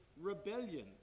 rebellion